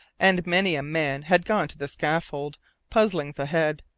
and many a man had gone to the scaffold puzzling the head,